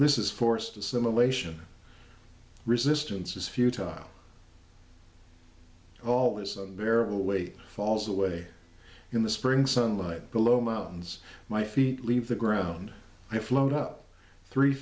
this is forced assimilation resistance is futile all is unbearable wait falls away in the spring sunlight below mountains my feet leave the ground i float up three